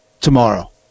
tomorrow